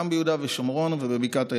גם ביהודה ושומרון ובבקעת הירדן.